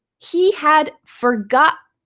he had forgotten